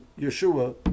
Yeshua